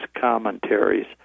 commentaries